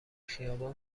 خیابان